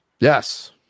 Yes